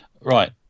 right